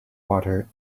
water